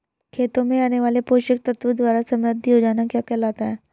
खेतों में आने वाले पोषक तत्वों द्वारा समृद्धि हो जाना क्या कहलाता है?